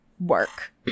work